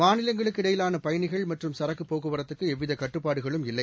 மாநிலங்களுக்கு இடையிலானபயணிகள் மற்றம் சரக்குபோக்குவரத்துக்குஎந்தவிதகட்டுப்பாடுகளும் இல்லை